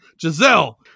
Giselle